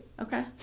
Okay